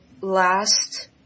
last